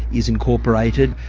is incorporated,